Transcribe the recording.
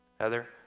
Heather